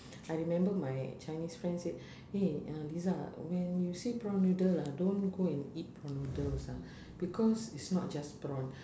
I remember my chinese friend say eh uh liza ah when you say prawn noodle ah don't go and eat prawn noodles ah because it's not just prawn